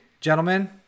Gentlemen